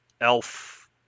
elf